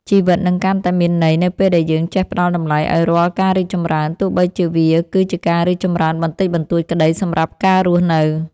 ជីវិតនឹងកាន់តែមានន័យនៅពេលដែលយើងចេះផ្ដល់តម្លៃឱ្យរាល់ការរីកចម្រើនទោះបីជាវាគឺជាការរីកចម្រើនបន្តិចបន្តួចក្តីសម្រាប់ការរស់នៅ។